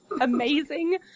amazing